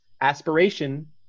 aspiration